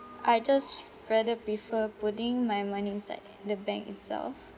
I just rather prefer putting my money inside the bank itself